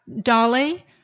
Dolly